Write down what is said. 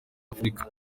africa